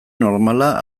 normala